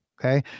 Okay